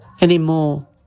anymore